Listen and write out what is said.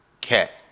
cat